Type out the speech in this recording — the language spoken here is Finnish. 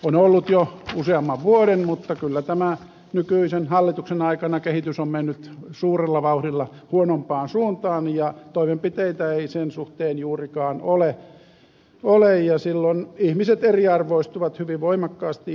on ollut jo usean vuoden mutta kyllä tämän nykyisen hallituksen aikana kehitys on mennyt suurella vauhdilla huonompaan suuntaan ja toimenpiteitä ei sen suhteen juurikaan ole ja silloin ihmiset eriarvoistuvat hyvin voimakkaasti